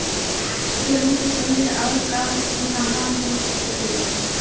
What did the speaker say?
गेहूँ के संगे आऊर का का हो सकेला?